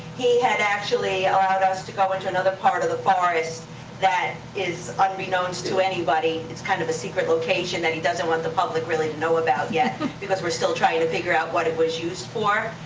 he had actually allowed us to go into another part of the forest that is unbeknownst to anybody. it's kind of a secret location that he doesn't want the public really to know about yet because we're still trying to figure out what it was used for.